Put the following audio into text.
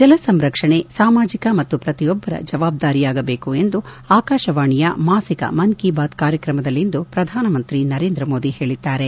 ಜಲಸಂರಕ್ಷಣೆ ಸಾಮಾಜಿಕ ಮತ್ತು ಪ್ರತಿಯೊಬ್ಬರ ಜವಾಬ್ದಾರಿಯಾಗಬೇಕು ಎಂದು ಆಕಾಶವಾಣಿಯ ಮಾಸಿಕ ಮನ್ ಕಿ ಬಾತ್ ಕಾರ್ಯಕ್ರಮದಲ್ಲಿಂದು ಪ್ರಧಾನಮಂತ್ರಿ ನರೇಂದ್ರ ಮೋದಿ ಹೇಳಿದ್ದಾರೆ